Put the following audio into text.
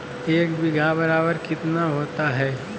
एक बीघा बराबर कितना होता है?